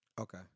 Okay